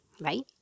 right